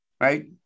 right